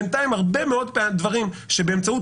בינתיים הרבה מאוד דברים שהתעסקו איתם באמצעות